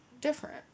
different